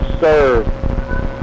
serve